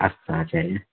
अस्तु आचार्य